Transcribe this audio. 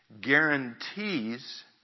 guarantees